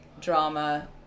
drama